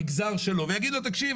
ויגיד לו תקשיב,